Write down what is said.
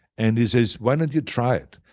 and he says, why don't you try it?